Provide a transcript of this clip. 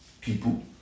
people